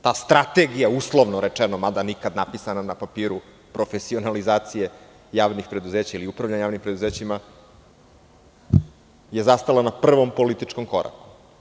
Ta strategija, uslovno rečeno, mada nikad napisana na papiru profesionalizacije javnih preduzeća ili upravljanje javnim preduzećima je zastala na prvom političkom koraku.